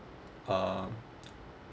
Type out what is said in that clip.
uh